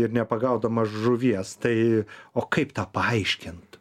ir nepagaudamas žuvies tai o kaip tą paaiškint